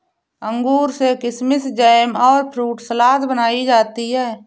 अंगूर से किशमिस जैम और फ्रूट सलाद बनाई जाती है